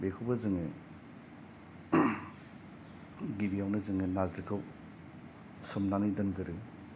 बिखौबो जोङो गिबियावनो जोङो नारजिखौ सोमनानै दोनगोरयो